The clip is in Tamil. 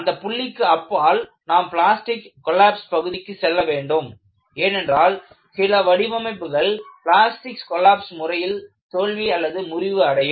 அந்தப் புள்ளிக்கு அப்பால் நாம் பிளாஸ்டிக் கொல்லாப்ஸ் பகுதிக்கு செல்ல வேண்டும் ஏனென்றால் சில வடிவமைப்புகள் பிளாஸ்டிக் கொல்லாப்ஸ் முறையில் தோல்வி முறிவு அடையும்